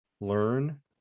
learn